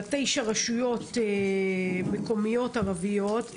של תשע רשויות מקומיות ערביות.